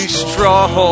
strong